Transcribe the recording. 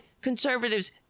conservatives